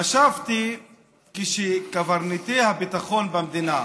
חשבתי שכשקברניטי הביטחון במדינה